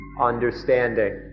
understanding